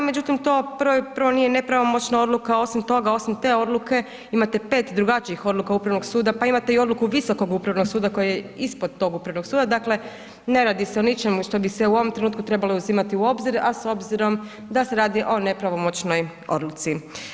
Međutim, to prvo i prvo nije nepravomoćna odluka osim toga, osim te odluke imate 5 drugačijih odluka Upravnog suda, pa imate i odluku Visokog upravnog suda koji je ispod tog Upravnog suda, dakle ne radi se o ničemu što bi se u ovom trenutku trebalo uzimati u obzir, a s obzirom da se radi o nepravomoćnoj odluci.